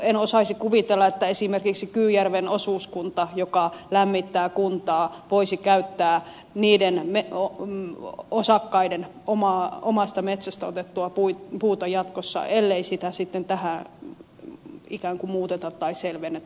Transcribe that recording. en osaisi kuvitella että esimerkiksi kyyjärven osuuskunta joka lämmittää kuntaa voisi käyttää osakkaiden omasta metsästä otettua puuta jatkossa ellei sitä sitten tähän ikään kuin muuteta tai selvennetä